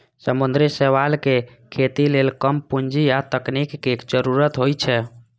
समुद्री शैवालक खेती लेल कम पूंजी आ तकनीक के जरूरत होइ छै